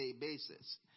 basis